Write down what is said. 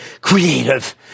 creative